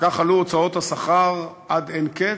וכך עלו הוצאות השכר עד אין קץ.